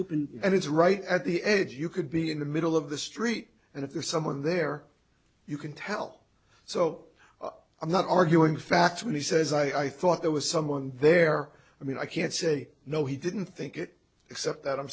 open and it's right at the edge you could be in the middle of the street and if there's someone there you can tell so i'm not arguing the fact when he says i thought there was someone there i mean i can't say no he didn't think it except that i'm